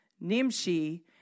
Nimshi